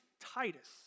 Titus